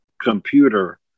computer